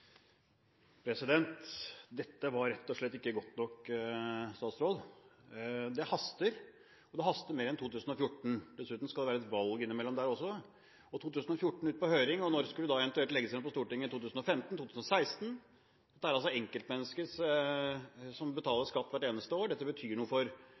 det haster mer enn 2014. Dessuten skal det være et valg innimellom der også. Forslaget skal ut på høring i 2014. Når skal det eventuelt da legges frem for Stortinget? I 2015 eller 2016? Det er enkeltmennesker som betaler skatt hvert eneste år, som dette betyr noe for.